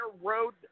road